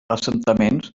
assentaments